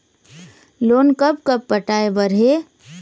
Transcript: Loan कब कब पटाए बर हे?